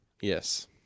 Yes